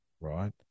right